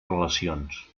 relacions